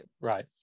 right